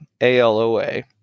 ALOA